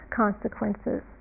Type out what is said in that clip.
consequences